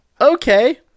Okay